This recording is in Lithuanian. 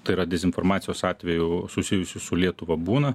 tai yra dezinformacijos atvejų susijusių su lietuva būna